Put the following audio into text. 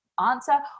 answer